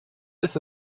ist